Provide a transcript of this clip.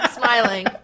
Smiling